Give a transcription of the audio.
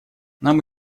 нам